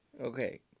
Okay